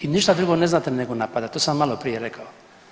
I ništa drugo ne znate nego napadati, to sam malo prije rekao.